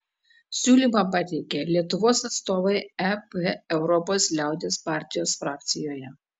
siūlymą pateikė lietuvos atstovai ep europos liaudies partijos frakcijoje